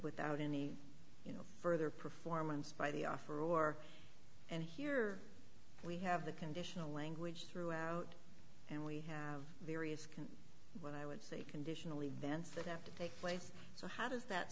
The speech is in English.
without any you know further performance by the offer or and here we have the conditional language throughout and we have various what i would say conditional events that have to take place so how does that